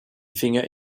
finger